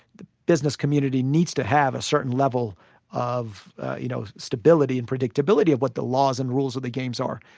the business community needs to have a certain level of you know stability and predictability of what the laws and rules of the games are.